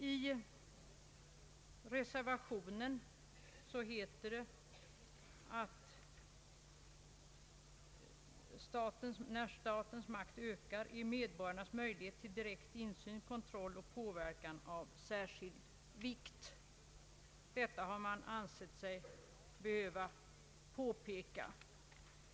I reservationen står det: ”När statens makt ökar är medborgarnas möjligheter till direkt insyn, kontroll och påverkan av särskild vikt.” Detta har man ansett sig behöva påpeka.